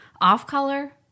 off-color